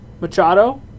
Machado